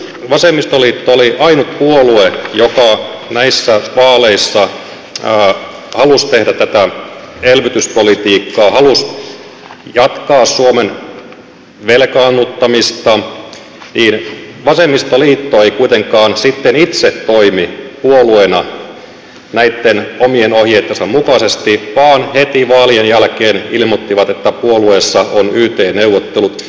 kun vasemmistoliitto oli ainut puolue joka näissä vaaleissa halusi tehdä tätä elvytyspolitiikkaa halusi jatkaa suomen velkaannuttamista niin vasemmistoliitto ei kuitenkaan sitten itse toimi puolueena näitten omien ohjeittensa mukaisesti vaan heti vaalien jälkeen ilmoitti että puolueessa on yt neuvottelut